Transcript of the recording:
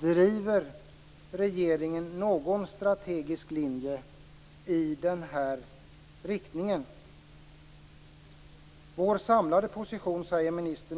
Driver regeringen någon strategisk linje i den här riktningen? Vår samlade position